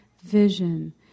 vision